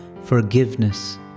forgiveness